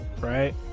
Right